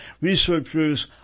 Researchers